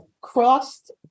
crossed